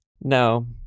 No